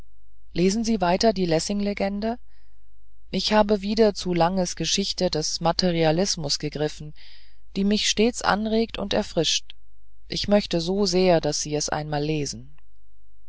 lesen sie weiter die lessing legende ich habe wieder zu langes geschichte des materialismus gegriffen die mich stets anregt und erfrischt ich möchte so sehr daß sie sie mal lesen